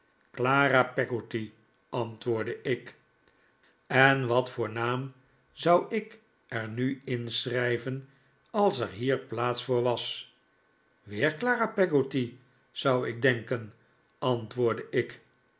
clara peggotty antwoordde ik en wat voor naam zou ik er nu inschrijve n als er hier plaats voor was weer clara peggotty zou ik denken antwoordde ik